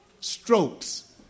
strokes